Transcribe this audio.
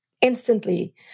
Instantly